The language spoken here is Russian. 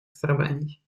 страданий